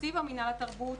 תקציב מינהל תרבות,